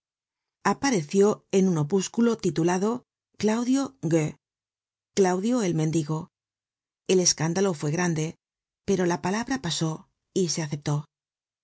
apareció en un opúsculo titulado claudio gueux claudio el mendigo el escándalo fue grande pero la palabra pasó y se aceptó